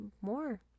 more